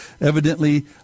evidently